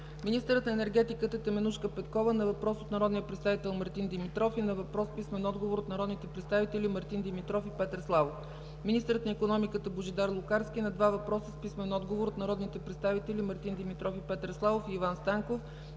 министърът на енергетиката Теменужка Петкова – на въпрос от народния представител Мартин Димитров, и на въпрос с писмен отговор от народните представители Мартин Димитров и Петър Славов; - министърът на икономиката Божидар Лукарски – на два въпроса с писмен отговор от народните представители Мартин Димитров и Петър Славов; и Иван Станков;